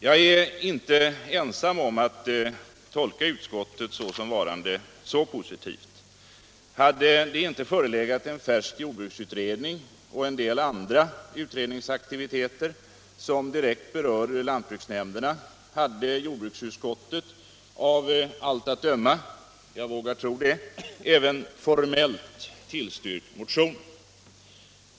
Jag är inte ensam om att tolka utskottet så positivt. Hade det inte förelegat en färsk jordbruksutredning och en del andra utredningsaktiviteter som direkt berör lantbruksnämnderna, hade jordbruksutskottet hetsområde av allt att döma — jag vågar tro det — även formellt tillstyrkt motionen.